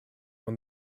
when